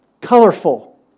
colorful